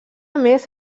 més